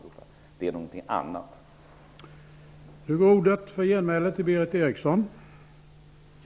Det är i så fall någonting annat som ligger bakom.